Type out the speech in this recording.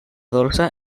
dolça